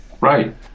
right